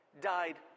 died